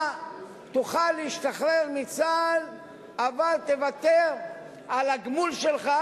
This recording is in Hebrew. אתה תוכל להשתחרר מצה"ל אבל תוותר על הגמול שלך,